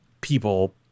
people